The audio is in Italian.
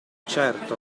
certo